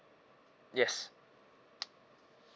yes